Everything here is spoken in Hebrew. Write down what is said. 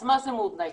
אז מה זה MOODNIGHT?